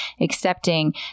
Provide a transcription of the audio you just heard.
accepting